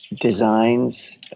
designs